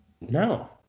No